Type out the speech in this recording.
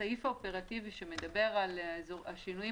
בסעיף האופרטיבי שמדבר על השינויים